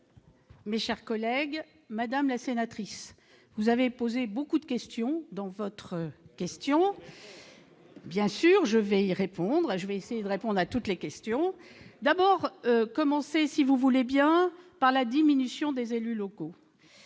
Mais, chers collègues, Madame la sénatrice, vous avez posé beaucoup de questions dans votre question, bien sûr, je vais y répondre, je vais essayer de répondre à toutes les questions d'abord commencer si vous voulez bien, par la diminution des élus locaux,